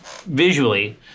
Visually